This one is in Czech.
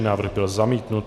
Návrh byl zamítnut.